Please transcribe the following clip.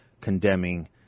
condemning